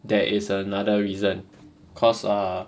there is another reason cause err